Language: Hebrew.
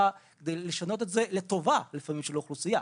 כדי לשנות את זה לטובה עבור האוכלוסייה.